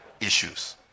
issues